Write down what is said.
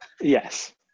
Yes